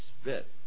spit